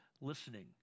listening